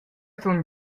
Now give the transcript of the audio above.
sun